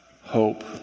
hope